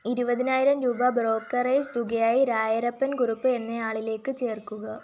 ഇരുപതിനായിരം രൂപ ബ്രോക്കറേജ് തുകയായി രായരപ്പൻ കുറുപ്പ് എന്നയാളിലേക്ക് ചേർക്കുക